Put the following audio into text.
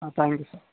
thank you sir